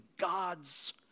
God's